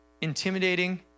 intimidating